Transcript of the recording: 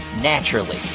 naturally